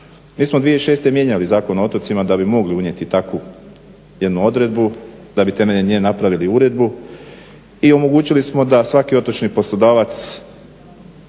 Mi smo 2006. mijenjali Zakon o otocima da bi mogli unijeti takvu jednu odredbu, da bi temeljem nje napravili uredbu i omogućili smo da svaki otočni poslodavac